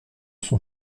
son